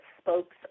spokes